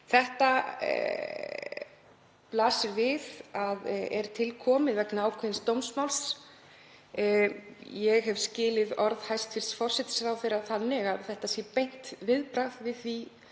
Það blasir við að þetta er til komið vegna ákveðins dómsmáls. Ég hef skilið orð hæstv. forsætisráðherra þannig að þetta sé beint viðbragð við því